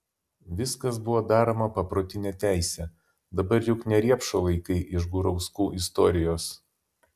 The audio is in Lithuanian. viskas buvo daroma paprotine teise dabar juk ne riepšo laikai iš gurauskų istorijos